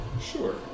Sure